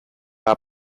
bat